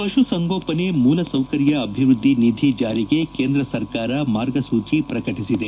ಪಶುಸಂಗೋಪನೆ ಮೂಲಸೌಕರ್ಯ ಅಭಿವೃದ್ದಿ ನಿಧಿ ಜಾರಿಗೆ ಕೇಂದ್ರ ಸರ್ಕಾರ ಮಾರ್ಗಸೂಚಿ ಪ್ರಕಟಿಸಿದೆ